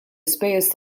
ispejjeż